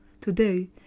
Today